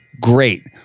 Great